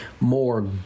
more